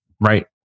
right